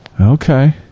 Okay